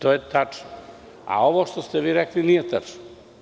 To je tačno, a ovo što ste vi rekli nije tačno.